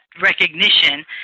recognition